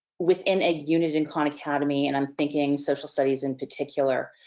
within a unit in khan academy and i'm thinking social studies in particular.